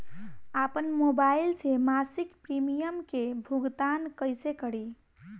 आपन मोबाइल से मसिक प्रिमियम के भुगतान कइसे करि?